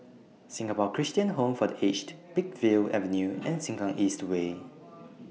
Singapore Christian Home For The Aged Peakville Avenue and Sengkang East Way